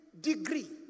degree